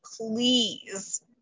please